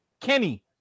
Kenny